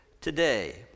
today